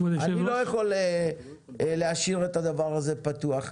אני לא יכול להשאיר את הדבר הזה פתוח.